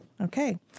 Okay